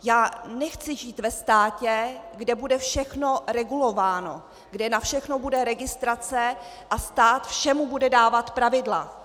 Já nechci žít ve státě, kde bude všechno regulováno, kde na všechno bude registrace a stát všemu bude dávat pravidla.